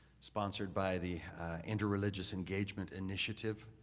sponsored by the interreligious engagement initiative.